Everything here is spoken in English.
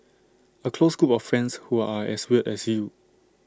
A close group of friends who are as weird as you